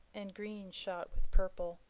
and green shot with purple.